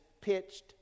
pitched